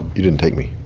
you didn't take me